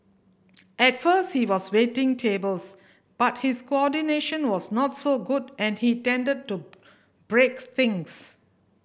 at first he was waiting tables but his coordination was not so good and he tended to break things